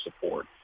support